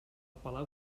palau